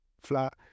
flat